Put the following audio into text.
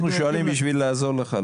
אנחנו שואלים בשביל לעזור לך.